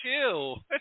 chill